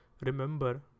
remember